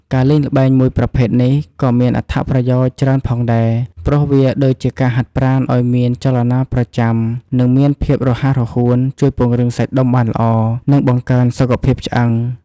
ការលេងល្បែងមួយប្រភេទនេះក៏មានអត្ថប្រយោជន៍ច្រើនផងដែរ ព្រោះវាដូចជាការហាត់ប្រាណឲ្យមានចលនាប្រចាំ និងមានភាពរហ័សរហួន ជួយពង្រឹងសាច់ដុំបានល្អ និងបង្កើនសុខភាពឆ្អឹង។